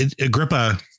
Agrippa